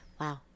Wow